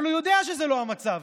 אבל הוא יודע שזה לא המצב,